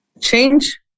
change